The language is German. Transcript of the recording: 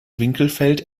winkelfeld